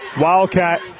Wildcat